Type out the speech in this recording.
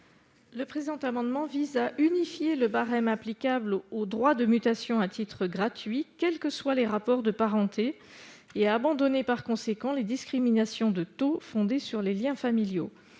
le montant des abattements applicables aux droits de mutation à titre gratuit, quels que soient les rapports de parenté, et à abandonner par conséquent les discriminations fondées sur les liens familiaux.